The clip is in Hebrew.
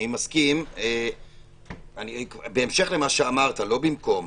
לא במקום,